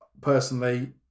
personally